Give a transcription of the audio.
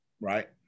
Right